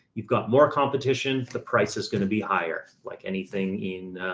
you've got more competition. the price is going to be higher, like anything in, ah,